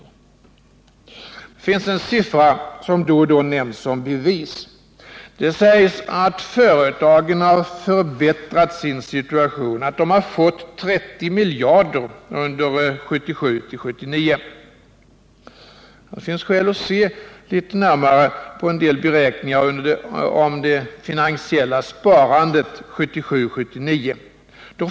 Det finns en siffra som då och då nämns som ”bevis”. Det sägs att företagen förbättrat sin situation, att de ”fått” 30 miljarder under åren 1977-1979. Det finns skäl att se närmare på en del beräkningar av det finansiella sparandet åren 1977-1979.